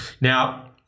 Now